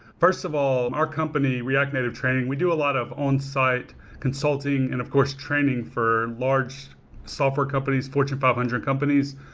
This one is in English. first of all, our company, react native training, we do a lot of on-site consulting and, of course, training for large software companies, fortune five hundred companies.